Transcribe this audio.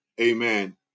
Amen